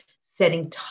setting